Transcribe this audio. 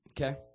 Okay